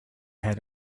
had